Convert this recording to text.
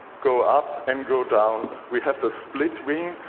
go up and go down. we have a split wing.